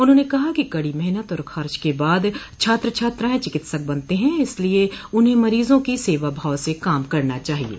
उन्होंने कहा कि कड़ी मेहनत और खर्च के बाद छात्र छात्राएं चिकित्सक बनते हैं इसलिये उन्हें मरीजा को सेवा भाव से काम करना चाहिये